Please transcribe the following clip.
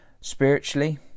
Spiritually